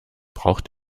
braucht